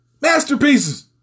Masterpieces